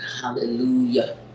Hallelujah